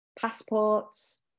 passports